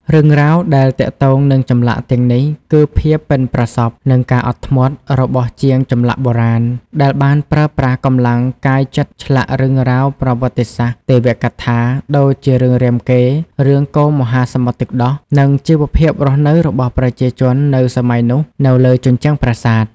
រឿងរ៉ាវដែលទាក់ទងនឹងចម្លាក់ទាំងនេះគឺភាពប៉ិនប្រសប់ និងការអត់ធ្មត់ របស់ជាងចម្លាក់បុរាណ ដែលបានប្រើប្រាស់កម្លាំងកាយចិត្តឆ្លាក់រឿងរ៉ាវប្រវត្តិសាស្ត្រ ទេវកថា ដូចជារឿងរាមកេរ្តិ៍ រឿងកូរមហាសមុទ្រទឹកដោះ និងជីវភាពរស់នៅរបស់ប្រជាជននៅសម័យនោះនៅលើជញ្ជាំងប្រាសាទ។